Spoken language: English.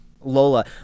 lola